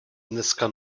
dneska